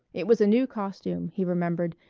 it was a new costume, he remembered,